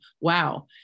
wow